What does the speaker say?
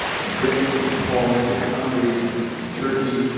in britain, in poland, in hungary, and in turkey,